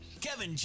Kevin